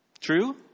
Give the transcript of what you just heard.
True